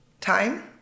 time